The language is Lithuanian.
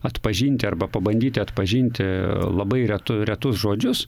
atpažinti arba pabandyti atpažinti labai retu retus žodžius